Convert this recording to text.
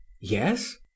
yes